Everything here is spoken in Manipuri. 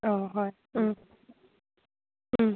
ꯑꯥ ꯍꯣꯏ ꯎꯝ ꯎꯝ